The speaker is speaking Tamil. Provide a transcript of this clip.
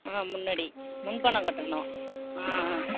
ஆ முன்னாடி முன்பணம் கட்டணும் ஆ ஆ